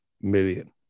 million